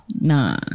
Nah